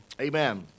Amen